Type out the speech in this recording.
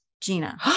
Gina